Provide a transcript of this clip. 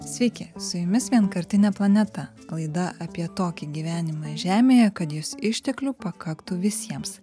sveiki su jumis vienkartinė planeta laida apie tokį gyvenimą žemėje kad jos išteklių pakaktų visiems